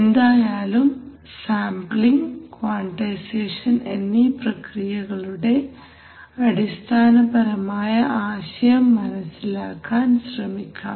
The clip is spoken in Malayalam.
എന്തായാലും സാംപ്ലിങ് ക്വാൺടൈസേഷൻ എന്നീ പ്രക്രിയകളുടെ അടിസ്ഥാനപരമായ ആശയം മനസ്സിലാക്കാൻ ശ്രമിക്കാം